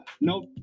nope